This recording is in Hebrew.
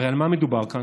הרי על מה מדובר כאן?